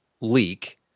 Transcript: leak